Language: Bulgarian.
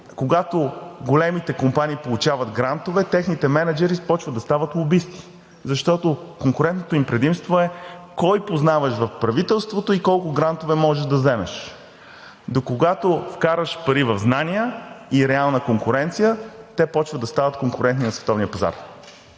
когато големите компании получават грантове, техните мениджъри започват да стават лобисти, защото конкурентното им предимство е кой познаваш в правителството и колко грантове може да вземеш. Но когато вкараш пари в знания и реална конкуренция, те започват да стават конкурентни на световния пазар.